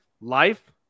Life